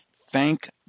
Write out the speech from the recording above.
thank